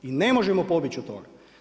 I ne možemo pobjeći od toga.